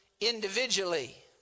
individually